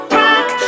rock